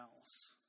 else